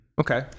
Okay